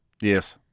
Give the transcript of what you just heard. Yes